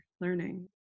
learning